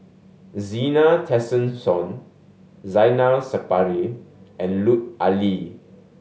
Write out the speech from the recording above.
Zena Tessensohn Zainal Sapari and Lut Ali